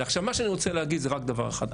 מה שאני רוצה להגיד זה רק דבר אחד.